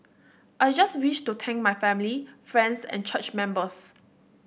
I just wish to thank my family friends and church members